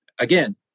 again